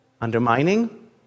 undermining